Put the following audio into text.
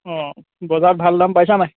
বজাৰত ভাল দাম পাইছা নাই